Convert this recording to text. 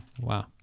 Wow